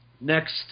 next